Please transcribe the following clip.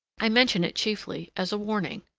i mention it chiefly as a warning,